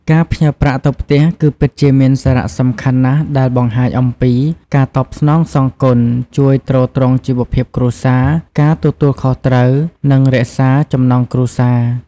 ការផ្ញើប្រាក់់ទៅផ្ទះគឺពិតជាមានសារៈសំខាន់ណាស់ដែលបង្ហាញអំពី ការតបស្នងសងគុណ ជួយទ្រទ្រង់ជីវភាពគ្រួសារ ការទទួលខុសត្រូវ និងរក្សាចំណងគ្រួសារ។